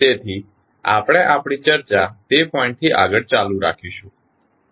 તેથી આપણે આપણી ચર્ચા તે પોઇંટથી આગળ ચાલુ રાખીશું